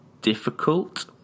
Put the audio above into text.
difficult